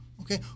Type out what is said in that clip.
okay